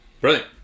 brilliant